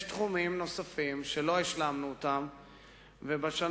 יש תחומים נוספים שלא השלמנו אותם ובשנה